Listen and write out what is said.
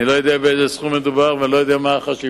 אני לא יודע באיזה סכום מדובר ואני לא יודע מה החשיבות,